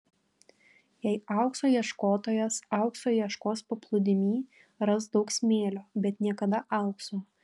jei aukso ieškotojas aukso ieškos paplūdimy ras daug smėlio bet niekada aukso